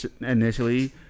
initially